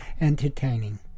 entertaining